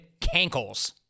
cankles